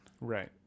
Right